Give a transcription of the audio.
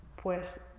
pues